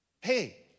Hey